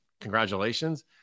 congratulations